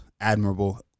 admirable